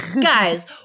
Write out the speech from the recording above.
guys